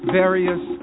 various